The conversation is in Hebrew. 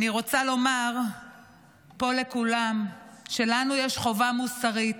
אני רוצה לומר פה לכולם: לנו יש חובה מוסרית,